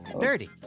Dirty